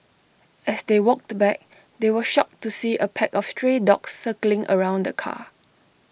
as they walked back they were shocked to see A pack of stray dogs circling around the car